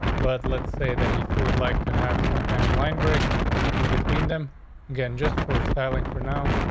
but let's say that if you would like to have some kind of line break in between them again just for styling, for now,